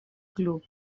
club